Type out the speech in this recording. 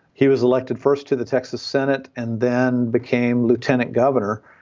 he was elected first to the texas senate and then became lieutenant governor.